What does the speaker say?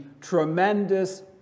tremendous